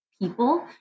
people